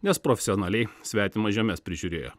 nes profesionaliai svetimas žemes prižiūrėjo